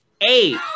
Eight